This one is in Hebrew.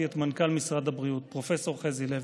את מנכ"ל משרד הבריאות פרופ' חזי לוי.